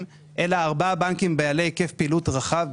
אלא ארבעה בנקים בעלי היקף פעילות רחב,